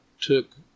took